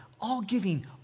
all-giving